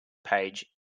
page